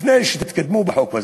לפני שתתקדמו עם החוק הזה.